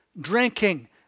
drinking